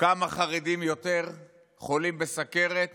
כמה חרדים יותר חולים בסוכרת